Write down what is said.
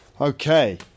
Okay